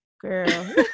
girl